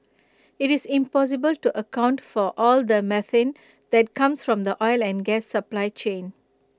IT is impossible to account for all the methane that comes from the oil and gas supply chain